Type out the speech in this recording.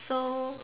so